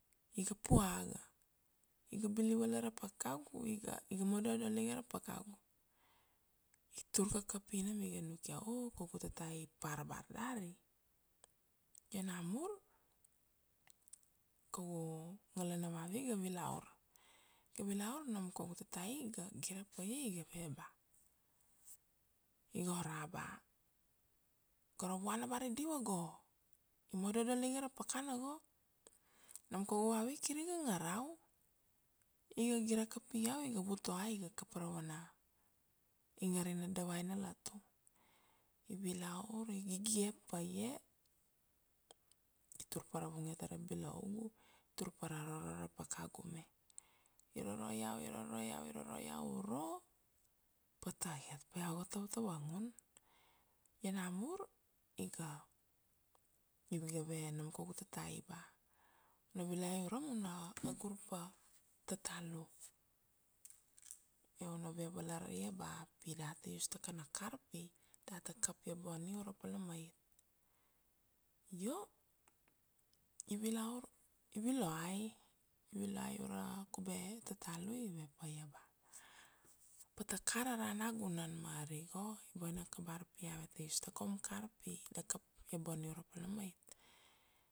iga pua ga. Iga bili valar ra pakagu iga, iga madodol iga ra pakagu, i tur kakapi nam iga nukia oh kaugu tatai ipar bar dari. Io namur kaugu ngala na vavi iga vilaur, iga vilaur nam kaugu tatai iga gire pa ia, iga ve ba, iga ora ,ba gora vuana bar i diva go? Imododol iga ra pakana go, nam kaugu vavi kir iga ngarau, iga gire kapi iau, iga vut oai iga kapa ra vana ingarina davai na lotu. I vilaur, i gigie pa ia, i tur pa ra vungia ta ra bilougu, tur pa ra roro ra pakagu me, i roro iau, i roro iau, i roro iau uro, pata iat, pa iau ga tam tavangun. Io namur iga, iga ve nam kaugu tatai ba una viloai ura ma una agur pa Tatalu. Io una ve valar ia ba pi data use ta kana kar pi data kap Ia Bonnie uro pal na mait. Io i vilaur, i viloai, i viloai ura kube Tatalu i ve pa ia ba pata kar ara nagunan ma ari go i boinaka bar pi ave ta use ta kaum kar pi da kap Ia Bonnie uro pal na mait.